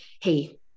Hey